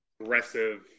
aggressive